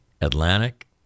Atlantic